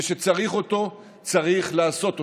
כשצריך אותו, צריך לעשות אותו,